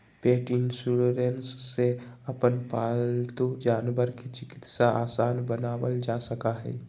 पेट insurance से अपन पालतू जानवर के चिकित्सा आसान बनावल जा सका हई